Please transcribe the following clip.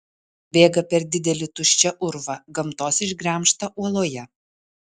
bėga per didelį tuščią urvą gamtos išgremžtą uoloje